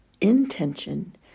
intention